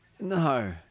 No